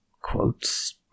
quotes